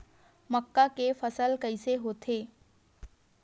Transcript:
मक्का के फसल कइसे होथे?